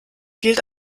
gilt